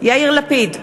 יאיר לפיד,